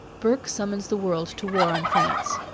burke summons the world to war on france.